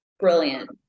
brilliant